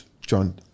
John